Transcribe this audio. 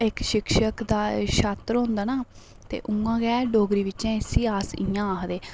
इक शिक्षक दा छात्र होंदा ना ते उ'आं के डोगरी बिच्चें इसी अस इ'यां आखदे